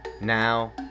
Now